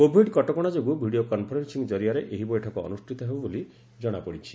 Covid କଟକଶା ଯୋଗୁ video conferencing ଜରିଆରେ ଏହି ବୈଠକ ଅନୁଷ୍ଠିତ ହେବ ବୋଲି ଜଣାପଡିଛି